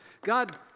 God